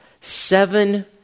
seven